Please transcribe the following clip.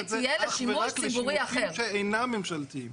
מייעדת את זה אך ורק לשימושים שאינם ממשלתיים.